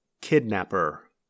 kidnapper